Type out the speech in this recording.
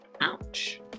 Ouch